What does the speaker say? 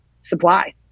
supply